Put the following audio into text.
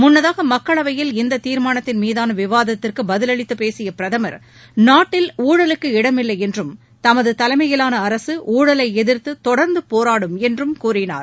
முன்னதாக மக்களவையில் நேற்று இந்த தீர்மானத்தின் மீதான விவாதத்திற்கு பதிலளித்து பேசிய பிரதமர் நாட்டில் ஊழலுக்கு இடம் இல்லை என்றும் தமது தலைமையிலான அரசு ஊழலை எதிர்த்து தொடர்ந்து போராடும் என்று கூறினார்